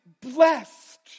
blessed